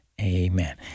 Amen